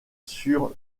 sur